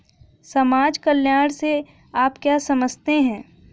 समाज कल्याण से आप क्या समझते हैं?